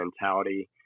mentality